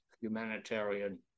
humanitarian